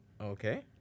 Okay